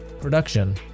Production